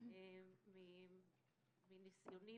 מניסיוני